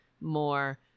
more